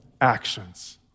actions